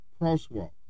crosswalk